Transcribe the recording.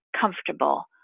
comfortable